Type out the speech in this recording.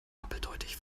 doppeldeutig